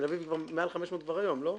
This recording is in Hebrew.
תל אביב היא מעל 500 כבר היום, לא?